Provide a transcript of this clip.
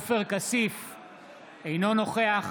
אינו נוכח